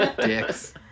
Dicks